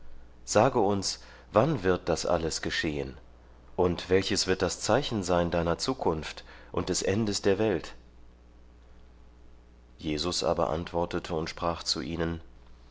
sage uns wann wird das alles geschehen und welches wird das zeichen sein deiner zukunft und des endes der welt jesus aber antwortete und sprach zu ihnen